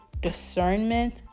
discernment